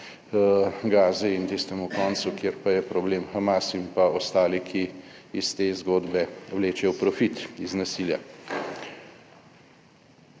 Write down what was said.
Gazi in tistemu koncu, kjer pa je problem Hamas in pa ostali, ki iz te zgodbe vlečejo profit iz nasilja.